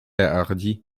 hardy